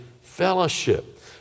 fellowship